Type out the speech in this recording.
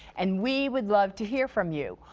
and we would love to hear from you.